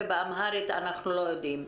ובאמהרית אנחנו עוד לא יודעים.